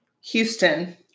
Houston